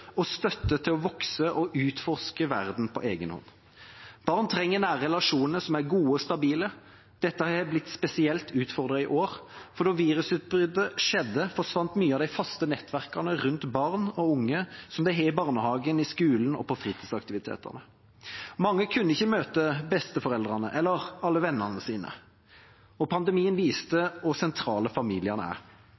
og støtte til å vokse og utforske verden på egen hånd. Barn trenger nære relasjoner som er gode og stabile. Dette har blitt spesielt utfordret i år, for da virusutbruddet skjedde, forsvant mange av de faste nettverkene rundt barn og unge som de har i barnehagen, i skolen og i fritidsaktivitetene. Mange kunne ikke møte besteforeldrene, eller alle vennene sine, og pandemien viste